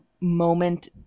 moment